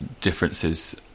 differences